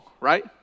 right